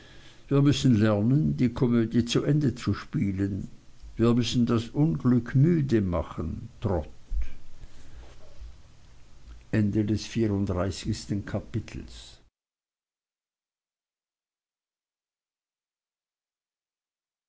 wir müssen lernen die komödie zu ende zu spielen wir müssen das unglück müde machen trot